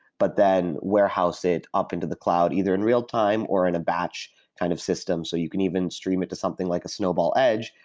but then warehouse it up into the cloud either in real-time or in a batch kind of system. so you can even stream it to something like a snowball edge,